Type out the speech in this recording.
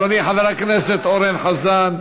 אדוני חבר הכנסת אורן חזן,